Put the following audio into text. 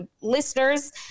listeners